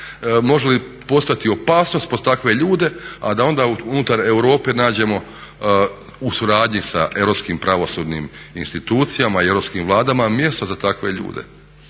može li postojati opasnost po takve ljude a da onda unutar Europe nađemo u suradnji sa europskim pravosudnim institucijama i europskim vladama mjesto za takve ljude.